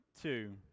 two